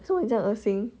做么你这样恶心